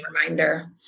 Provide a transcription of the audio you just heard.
reminder